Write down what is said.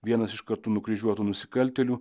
vienas iš kartu nukryžiuotų nusikaltėlių